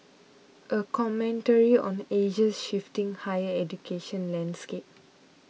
a commentary on Asia's shifting higher education landscape